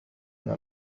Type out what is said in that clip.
إلى